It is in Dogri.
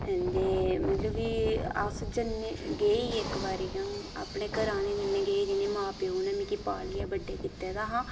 ते मतलब कि अस जन्ने ते गेई इक्क बारी अपने घरें आह्ले कन्नै गेई ते उनें मिगी पालियै बड्डे कीते दा हा